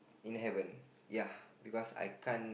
in heaven ya because I can't